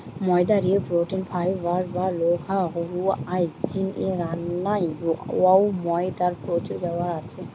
ময়দা রে protein, fibre বা লোহা রুয়ার জিনে রান্নায় অউ ময়দার প্রচুর ব্যবহার আছে